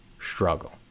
Struggle